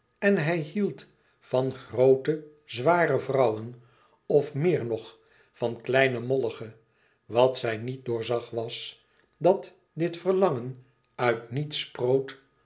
en hij hield van groote zware vrouwen of meer nog van kleine mollige wat zij niet doorzag was e ids aargang dat dit verlangen uit niets sproot